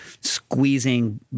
squeezing